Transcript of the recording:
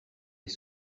les